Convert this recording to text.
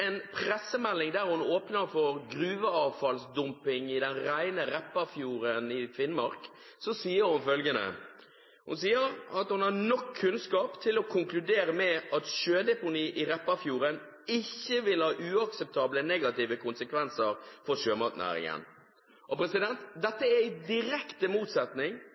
en pressemelding der hun åpner for gruveavfallsdumping i den rene Repparfjorden i Finnmark, sier hun følgende: «Vi har i dag god nok kunnskap til å kunne konkludere med at sjødeponi i Repparfjorden ikke vil ha uakseptable negative konsekvenser for sjømatnæringen.» Dette står i direkte motsetning